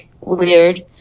weird